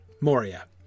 Moria